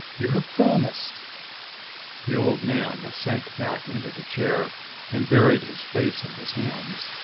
you have promised the old man sank back into the chair and buried his face in his hands.